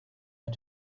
had